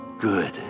good